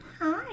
Hi